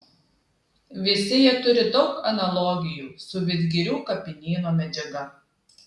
visi jie turi daug analogijų su vidgirių kapinyno medžiaga